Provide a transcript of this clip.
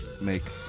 make